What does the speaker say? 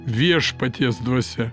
viešpaties dvasia